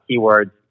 keywords